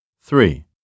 Three